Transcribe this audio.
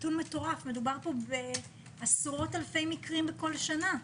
מדובר פה בעשרות אלפי מקרים כל שנה.